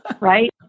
Right